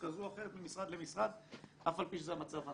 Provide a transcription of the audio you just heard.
כזו או אחרת ממשרד למשרד אף על פי שזה המצב הנכון.